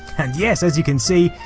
and yes, as you can see,